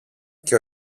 και